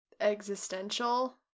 existential